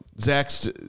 Zach's